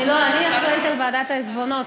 אני אחראית לוועדת העיזבונות.